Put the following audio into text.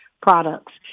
products